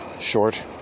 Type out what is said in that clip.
short